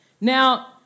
Now